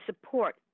support